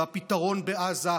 והפתרון בעזה,